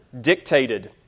dictated